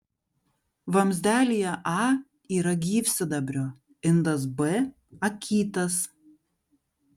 vamzdelyje a yra gyvsidabrio indas b akytas